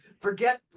Forget